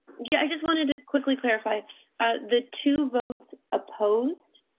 yeah, i just wanted to quickly clarify the two votes opposed.